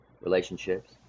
relationships